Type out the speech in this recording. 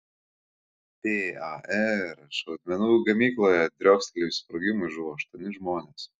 par šaudmenų gamykloje driokstelėjus sprogimui žuvo aštuoni žmonės